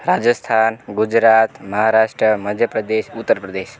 Rajasthan Gujarat Maharashtra Madhya Pradesh Uttar Pradesh